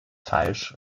falsch